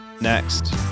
next